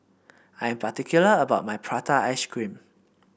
I am particular about my Prata Ice Cream